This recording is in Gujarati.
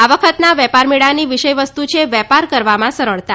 આ વખતના વેપાર મેળાની વિષય વસ્તુ છે વેપાર કરવામાં સરળતા